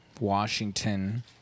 Washington